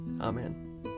Amen